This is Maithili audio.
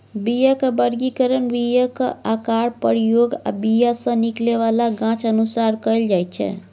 बीयाक बर्गीकरण बीयाक आकार, प्रयोग आ बीया सँ निकलै बला गाछ अनुसार कएल जाइत छै